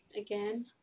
Again